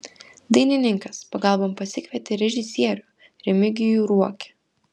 dainininkas pagalbon pasikvietė režisierių remigijų ruokį